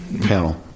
panel